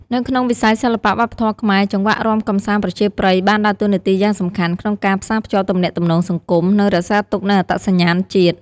នៅក្នុងវិស័យសិល្បៈវប្បធម៌ខ្មែរ ចង្វាក់រាំកម្សាន្តប្រជាប្រិយបានដើរតួនាទីយ៉ាងសំខាន់ក្នុងការផ្សារភ្ជាប់ទំនាក់ទំនងសង្គម និងរក្សាទុកនូវអត្តសញ្ញាណជាតិ។